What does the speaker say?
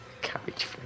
Cabbage